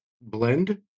blend